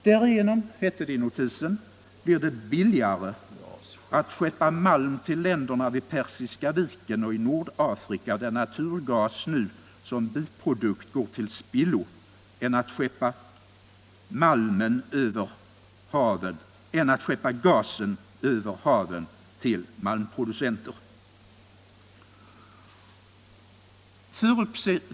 Därigenom, hette det i notisen, blir det billigare att skeppa malm till länderna vid Persiska viken och i Nordafrika, där naturgas nu som biprodukt går till spillo, än att skeppa gasen över haven till de malmproducerande länderna.